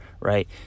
right